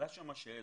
עלתה שם השאלה